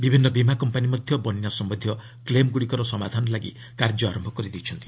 ବିଭିନ୍ନ ବୀମା କମ୍ପାନି ମଧ୍ୟ ବନ୍ୟା ସମ୍ଭନ୍ଧୀୟ କ୍ଲେମ୍ଗୁଡ଼ିକର ସମାଧାନ ପାଇଁ କାର୍ଯ୍ୟ ଆରମ୍ଭ କରିଛନ୍ତି